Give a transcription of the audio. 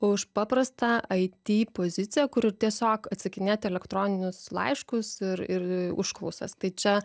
už paprastą ai ty poziciją kur tiesiog atsakinėt elektroninius laiškus ir ir užklausas tai čia